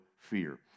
fear